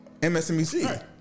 MSNBC